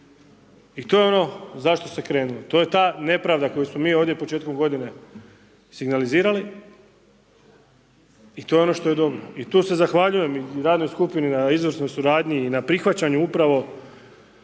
I to je ono zašto se krenulo, to je ta nepravda koju smo mi ovdje početkom godine signalizirali i to je ono što je dobro. I tu se zahvaljujem i radnoj skupini na izvrsnoj suradnji i na prihvaćanju upravo